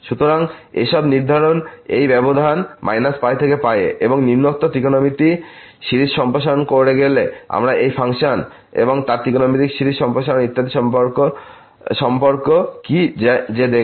সুতরাং এসব নিধার্রন এই ব্যবধান π থেকে π এ এবং নিম্নোক্ত ত্রিকোনোমিতি সিরিজ সম্প্রসারণ করে গেলে আমরা এই ফাংশন এবং তার ত্রিকোণমিতিক সিরিজ সম্প্রসারণ ইত্যাদি মধ্যে সম্পর্ক কি যে দেখব